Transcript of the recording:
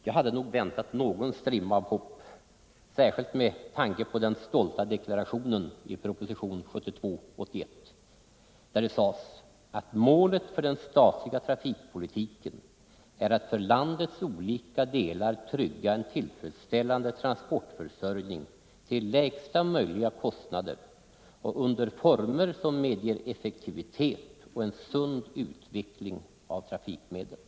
Jag hade nog väntat någon strimma av hopp, särskilt med tanke på den stolta deklarationen i propositionen 1972:81 där det hette: ”Målet för den statliga trafikpolitiken är att för landets olika delar trygga en tillfredsställande transportförsörjning till lägsta möjliga kostnader och under former som medger effektivitet och en sund utveckling av trafikmedlen.”